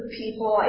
people